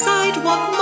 Sidewalk